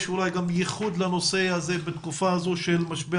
יש אולי גם ייחוד לנושא הזה בתקופה הזו של משבר